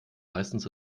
meistens